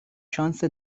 شانس